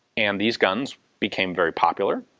and these guns became very popular.